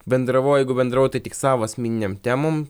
bendravau jeigu bendravau tai tik savo asmeninėm temom